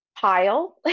pile